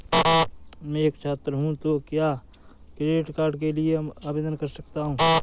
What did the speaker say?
मैं एक छात्र हूँ तो क्या क्रेडिट कार्ड के लिए आवेदन कर सकता हूँ?